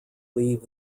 leave